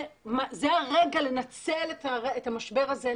זה הרגע לנצל את המשבר הזה,